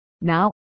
Now